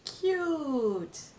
Cute